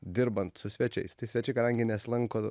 dirbant su svečiaistai svečiai kadangi nesilanko